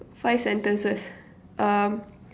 five sentences um